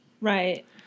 Right